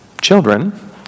children